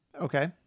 Okay